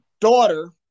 daughter